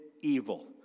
evil